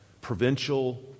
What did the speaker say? Provincial